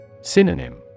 Synonym